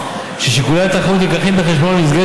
ששיקולי התחרות נלקחים בחשבון במסגרת